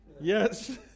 Yes